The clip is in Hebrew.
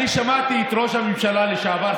אני שמעתי את ראש הממשלה לשעבר,